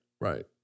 Right